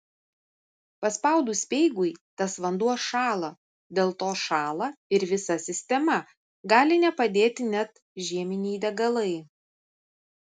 paspaudus speigui tas vanduo šąla dėl to šąla ir visa sistema gali nepadėti net žieminiai degalai